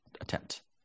attempt